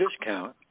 discount